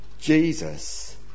Jesus